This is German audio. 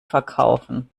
verkaufen